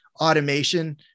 automation